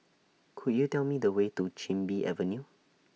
Could YOU Tell Me The Way to Chin Bee Avenue